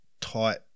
tight